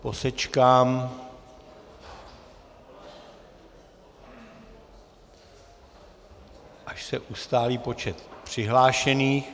Posečkám, až se ustáli počet přihlášených...